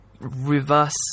reverse